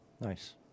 Nice